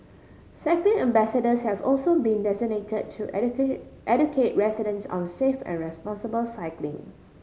cycling ambassadors have also been designate to educate residents on safe and responsible cycling